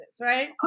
right